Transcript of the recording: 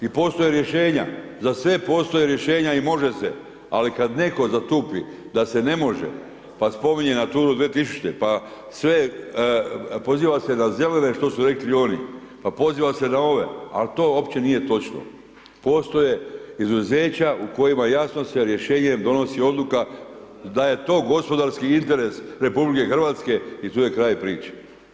I postoje rješenja, za sve postoje rješenja i može se, ali kad neko zatupi da se ne može, pa spominje Naturu 2000. pa sve poziva se na zelene što su rekli oni, pa poziva se na ove, al to opće nije točno, postoje izuzeća u kojima jasno se rješenje donosi odluka da je to gospodarski interes RH i tu je kraj priče.